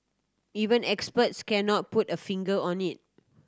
even experts cannot put a finger on it